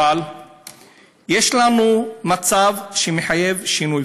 אבל יש לנו מצב שמחייב שינוי.